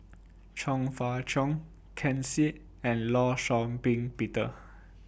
Chong Fah Cheong Ken Seet and law Shau Ping Peter